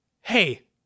hey